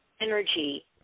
energy